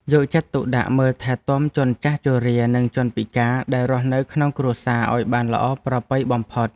យកចិត្តទុកដាក់មើលថែទាំជនចាស់ជរានិងជនពិការដែលរស់នៅក្នុងគ្រួសារឱ្យបានល្អប្រពៃបំផុត។